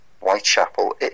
Whitechapel